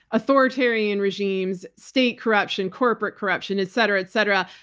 authoritarian regimes, state corruption, corporate corruption, etc, etc,